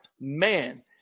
man